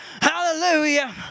Hallelujah